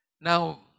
Now